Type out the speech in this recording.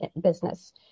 business